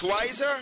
wiser